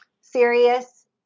serious